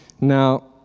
Now